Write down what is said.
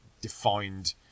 defined